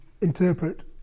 interpret